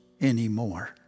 anymore